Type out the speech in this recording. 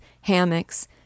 hammocks